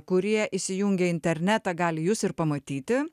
kurie įsijungę internetą gali jus ir pamatyti